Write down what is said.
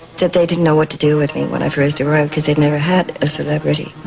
that they didn't know what to do with me when i first arrived because they'd never had a celebrity.